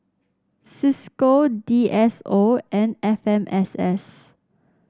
Cisco D S O and F M S S